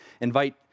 invite